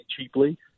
cheaply